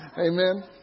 Amen